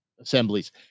assemblies